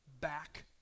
back